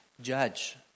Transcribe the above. judge